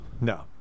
No